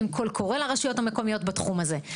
עם קול קורא לרשויות המקומיות בתחום הזה.